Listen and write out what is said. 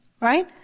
Right